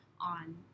on